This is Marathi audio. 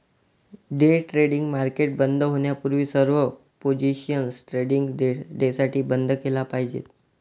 डे ट्रेडिंग मार्केट बंद होण्यापूर्वी सर्व पोझिशन्स ट्रेडिंग डेसाठी बंद केल्या पाहिजेत